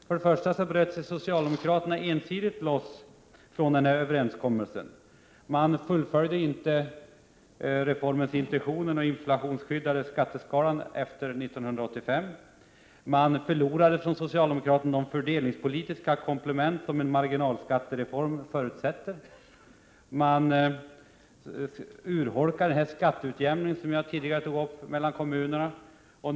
Först och främst bröt sig socialdemokraterna loss från denna överenskommelse. Man fullföljde inte reformens intentioner med en inflationsskyddad skatteskala efter 1985. Man förlorade från socialdemokraternas sida de fördelningspolitiska komplement som en marginalskattereform förutsätter. Man urholkade skatteutjämningen mellan kommunerna som jag tidigare tog upp.